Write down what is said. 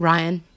Ryan